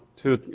to